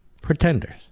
Pretenders